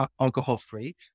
alcohol-free